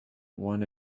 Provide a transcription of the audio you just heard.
one